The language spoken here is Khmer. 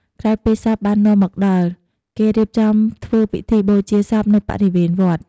ក្រោយពេលសពបាននាំមកដល់ គេរៀបចំធ្វើពិធីបូជាសពនៅបរិវេនវត្ត។